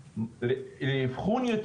הרגולטור.